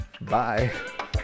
Bye